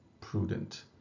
prudent